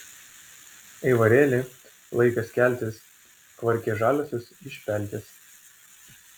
aivarėli laikas keltis kvarkia žaliosios iš pelkės